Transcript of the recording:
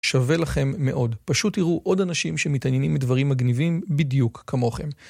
שווה לכם מאוד, פשוט תראו עוד אנשים שמתעניינים בדברים מגניבים בדיוק כמוכם.